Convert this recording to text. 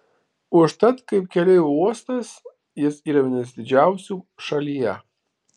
užtat kaip keleivių uostas jis yra vienas didžiausių šalyje